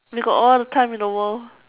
we got all the time in the world